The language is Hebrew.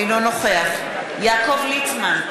אינו נוכח יעקב ליצמן,